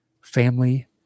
family